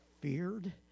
feared